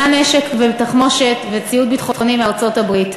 נשק ותחמושת וציוד ביטחוני מארצות-הברית.